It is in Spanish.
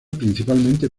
principalmente